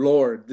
Lord